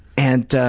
and, ah,